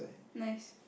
nice